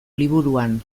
liburuan